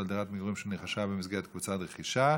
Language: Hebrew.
על דירת מגורים שנרכשה במסגרת קבוצת רכישה),